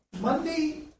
Monday